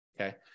Okay